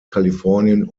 kalifornien